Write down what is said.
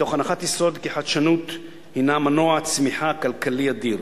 מתוך הנחת יסוד כי חדשנות הינה מנוע צמיחה כלכלי אדיר.